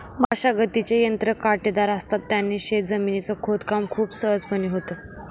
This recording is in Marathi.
मशागतीचे यंत्र काटेदार असत, त्याने शेत जमिनीच खोदकाम खूप सहजपणे होतं